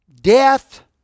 death